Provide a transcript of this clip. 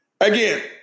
Again